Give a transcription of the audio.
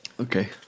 Okay